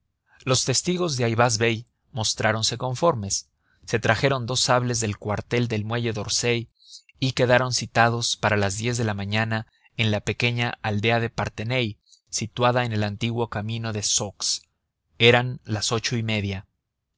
los testigos de ayvaz bey mostráronse conformes se trajeron dos sables del cuartel del muelle de orsay y quedaron citados para las diez de la mañana en la pequeña aldea de parthenay situada en el antiguo camino de sceaux eran las ocho y media